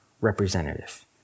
representative